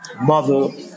Mother